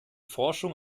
forschung